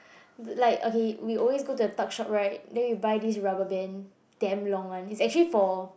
like okay we always go to the talk shop right then we buy this rubber band damn long one it's actually for